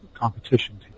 Competition